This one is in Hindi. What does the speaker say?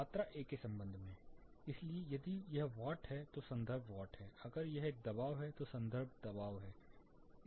मात्रा ए के संबंध में इसलिए यदि यह वाट है तो संदर्भ वाट है अगर यह एक दबाव है तो संदर्भ दबाव है